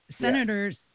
Senators